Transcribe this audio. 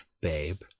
babe